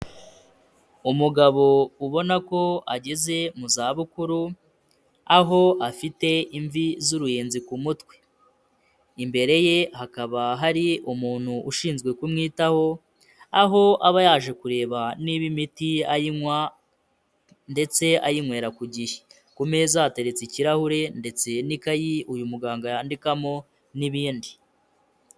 Umugabo ubona ko ageze mu zabukuru, aho afite imvi z'uruyenzi ku mutwe. Imbere ye hakaba hari umuntu ushinzwe kumwitaho, aho aba yaje kureba niba imiti ayinywa ndetse ayinywera ku gihe. Ku meza hateretse ikirahure ndetse n'ikayi uyu muganga yandikamo n'ibindi.